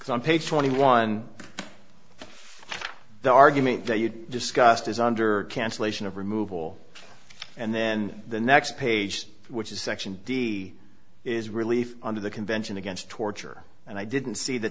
on page twenty one the argument that you discussed is under cancellation of removal and then the next page which is section d is relief under the convention against torture and i didn't see the